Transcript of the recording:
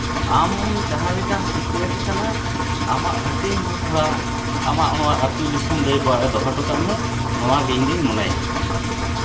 ᱟᱢ ᱡᱟᱦᱟᱸ ᱞᱮᱠᱟᱢ ᱥᱤᱠᱷᱱᱟᱹᱛ ᱠᱟᱱᱟ ᱟᱢᱟᱜ ᱦᱟᱹᱴᱤᱧ ᱦᱚᱸ ᱛᱷᱚᱲᱟ ᱟᱢᱟᱜ ᱱᱚᱣᱟ ᱟᱹᱛᱩ ᱫᱤᱥᱚᱢ ᱨᱮ ᱵᱟᱭ ᱫᱚᱦᱚ ᱦᱚᱴᱚ ᱠᱟᱜ ᱢᱮ ᱱᱚᱣᱟᱜᱮ ᱤᱧᱫᱩᱧ ᱢᱚᱱᱮᱭᱟ